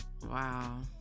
Wow